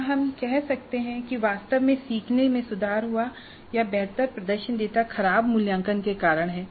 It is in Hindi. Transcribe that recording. क्या हम कह सकते हैं कि वास्तव में सीखने में सुधार हुआ है या बेहतर प्रदर्शन डेटा खराब मूल्यांकन के कारण है